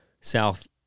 south